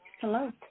Hello